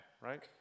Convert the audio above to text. Right